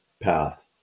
path